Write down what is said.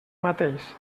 mateix